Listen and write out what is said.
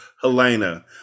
Helena